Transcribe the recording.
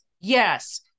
Yes